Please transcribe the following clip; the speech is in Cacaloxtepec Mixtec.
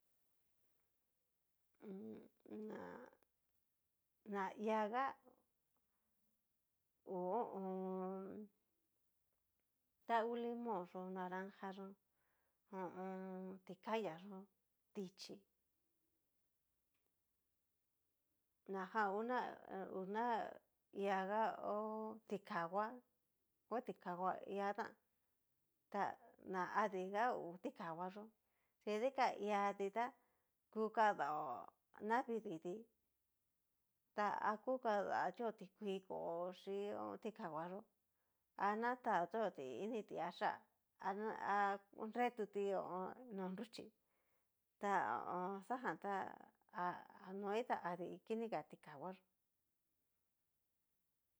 Mmm. n a naiga hú ho o on. ta ngu liñón yó naranja yó ho o on. ti kayá yó, dichí najan una una ihaga ho tikahua, tikahua hiatán ta na diga ngu tikahuayó, chí dikan hiatí ta ku kadaó davidii tí, ta aku kadatio tikuii kó xhín ti kahuayó, aná tatioti ini tiayá ano anretuti no nruchí ta ho o on. xajan tá noi ta adi kininga tikahuayó.